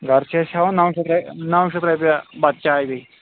گرٕ چھِ أسۍ ہیٚوان نو شیتھ نو شیتھ روپیہِ بتہٕ چاے بیٚیہِ